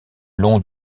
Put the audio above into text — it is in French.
long